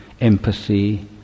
empathy